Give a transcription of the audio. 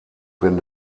wenn